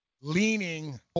leaning